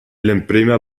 l’emprema